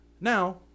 Now